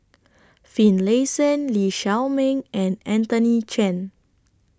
Finlayson Lee Shao Meng and Anthony Chen